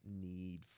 need